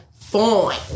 fine